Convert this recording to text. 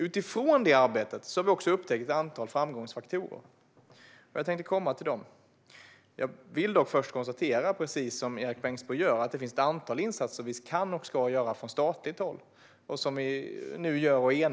Utifrån detta arbete har vi också upptäckt ett antal framgångsfaktorer, och jag tänker återkomma till dem. Jag vill dock först konstatera, precis som Erik Bengtzboe gör, att det finns ett antal insatser som vi kan och ska göra från statligt håll och som vi nu gör och är eniga om.